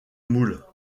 moule